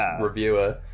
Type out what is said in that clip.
reviewer